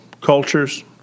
cultures